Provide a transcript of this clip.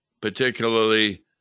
particularly